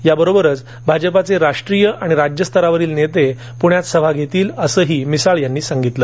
याबरोबरच भाजपचे राष्ट्रीय आणि राज्य स्तरावरील नेते पुण्यात सभा घेतील असेही मिसाळ यांनी यावेळी सांगितलं